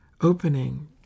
opening